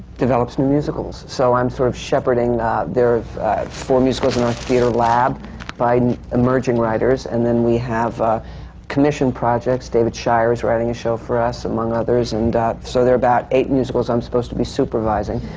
develops new musicals. so i'm sort of shepherding there four musicals in our theatre lab by emerging writers. and then we have ah commissioned projects. david shire is writing a show for us, among others. and so there are about eight musicals i'm supposed to be supervising,